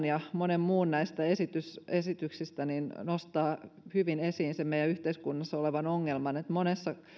ja moni muu näistä esityksistä nostaa hyvin esiin sen meidän yhteiskunnassamme olevan ongelman että monessa